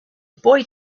boy